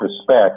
respect